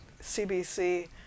CBC